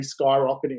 skyrocketing